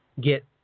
get